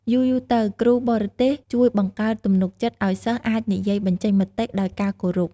យូរៗទៅ គ្រូបរទេសជួយបង្កើតទំនុកចិត្តឲ្យសិស្សអាចនិយាយបញ្ចេញមតិដោយការគោរព។